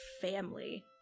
family